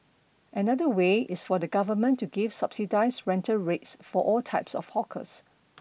another way is for the government to give subsidised rental rates for all types of hawkers